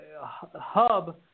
hub